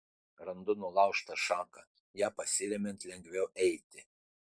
randu nulaužtą šaką ja pasiremiant lengviau eiti